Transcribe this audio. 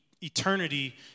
eternity